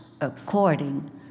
according